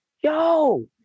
yo